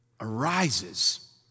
arises